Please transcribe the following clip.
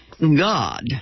God